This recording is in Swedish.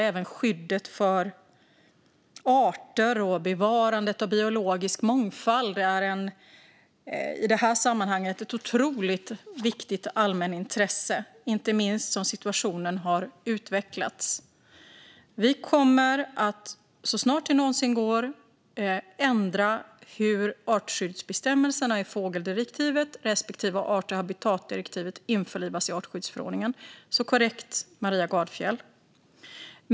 Även skyddet för arter och bevarandet av biologisk mångfald är såklart i det här sammanhanget ett otroligt viktigt allmänintresse, inte minst som situationen har utvecklats. Vi kommer att så snart det någonsin går ändra hur artskyddsbestämmelserna i fågeldirektivet respektive art och habitatdirektivet införlivas i artskyddsförordningen. Det är korrekt, Maria Gardfjell.